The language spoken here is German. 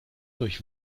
durch